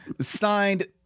signed